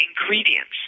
ingredients